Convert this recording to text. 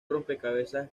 rompecabezas